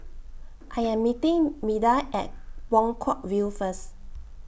I Am meeting Meda At Buangkok View First